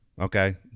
Okay